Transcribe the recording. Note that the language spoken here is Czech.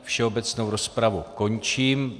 Všeobecnou rozpravu končím.